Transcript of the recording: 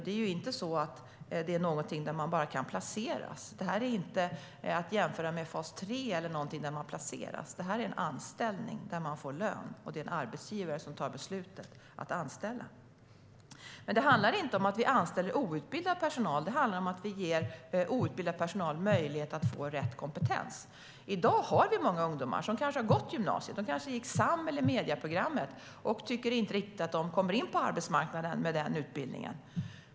Det är inte så att man bara kan placeras - det kan inte jämföras med fas 3 eller något där man placeras. Detta är en anställning där man får lön, och det är en arbetsgivare som fattar beslutet om att anställa. Det handlar inte om att anställa outbildad personal utan om att ge outbildad personal möjlighet att få rätt kompetens. I dag har vi många ungdomar som har gått gymnasiet, kanske SAM eller medieprogrammet, och som inte riktigt tycker att de kommer in på arbetsmarknaden med den utbildningen.